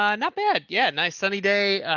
um not bad. yeah. nice sunny day.